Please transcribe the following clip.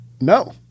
No